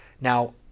Now